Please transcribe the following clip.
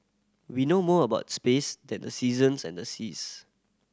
we know more about space than the seasons and the seas